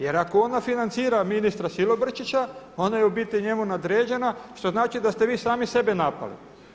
Jer ako ona financira ministra Silobrčića ona je u biti njemu nadređena, što znači da ste vi sami sebe napali.